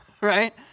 right